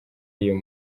y’uyu